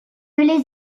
les